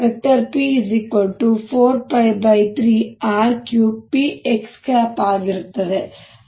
ಆದ್ದರಿಂದ ಇದು ಅಂಶ 1